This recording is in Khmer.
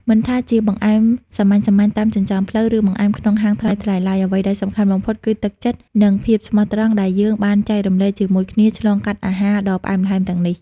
មិនថាជាបង្អែមសាមញ្ញៗតាមចិញ្ចើមផ្លូវ ឬបង្អែមក្នុងហាងថ្លៃៗឡើយ អ្វីដែលសំខាន់បំផុតគឺទឹកចិត្ត និងភាពស្មោះត្រង់ដែលយើងបានចែករំលែកជាមួយគ្នាឆ្លងកាត់អាហារដ៏ផ្អែមល្ហែមទាំងនេះ។